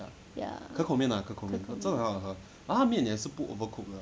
ya 可口面